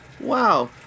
Wow